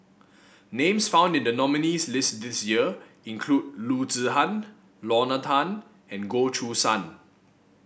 names found in the nominees' list this year include Loo Zihan Lorna Tan and Goh Choo San